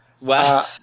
Wow